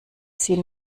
sie